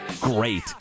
great